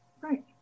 Right